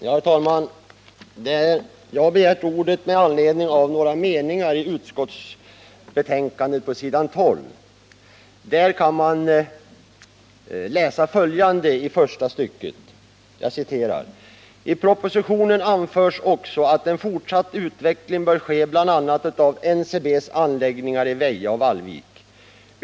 Herr talman! Jag har begärt ordet med anledning av några meningar på s. 12 Fredagen den i utskottsbetänkandet, där man kan läsa följande i första stycket. ”I 8 juni 1979 propositionen anförs också att en fortsatt utveckling bör ske bl.a. av Ncb:s anläggningar i Väja och Vallvik.